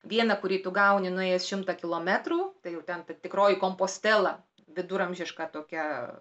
vieną kurį tu gauni nuėjęs šimtą kilometrų tai jau ten ta tikroji kompostela viduramžiška tokia